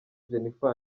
jennifer